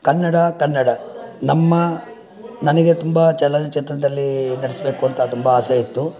ಕನ್ನಡ ಕನ್ನಡ ನಮ್ಮ ನನಗೆ ತುಂಬ ಚಲನಚಿತ್ರದಲ್ಲಿ ನಟಿಸಬೇಕು ಅಂತ ತುಂಬ ಆಸೆ ಇತ್ತು